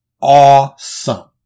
awesome